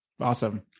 Awesome